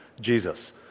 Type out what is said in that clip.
Jesus